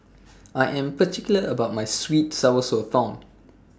I Am particular about My Sweet and Sour Sotong